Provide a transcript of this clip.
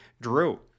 Drew